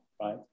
right